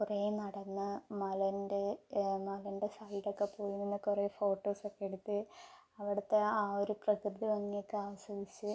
കുറേ നടന്നു മലേൻ്റെ മലേൻ്റെ സൈഡൊക്കെ പോകുന്ന കുറേ ഫോട്ടോസൊക്കെ എടുത്ത് അവിടുത്തെ ആ ഒരു പ്രകൃതി ഭംഗി ഒക്കെ ആസ്വദിച്ച്